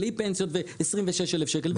בלי פנסיות ל-26,000 שקל.